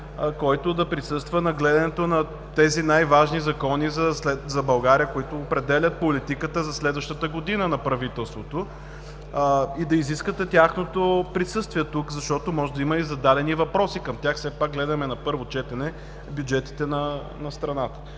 който да присъства на гледането на тези най-важни закони за България, които определят политиката на правителството за следващата година и да изискате тяхното присъствие тук, защото може да има зададени въпроси към тях. Все пак гледаме на първо четене бюджетите на страната!